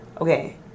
okay